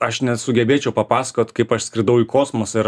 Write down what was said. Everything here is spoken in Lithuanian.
aš nesugebėčiau papasakot kaip aš skridau į kosmosą ir